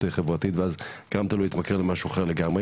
חברתית ואז גרמת לו להתמכר למשהו אחר לגמרי.